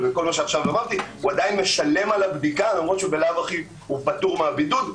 הוא עדיין משלם על הבדיקה למרות שבלאו הכי הוא פטור מהבידוד.